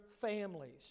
families